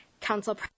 Council